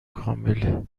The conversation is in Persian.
کامله